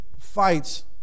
fights